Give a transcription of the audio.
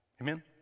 Amen